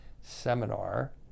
seminar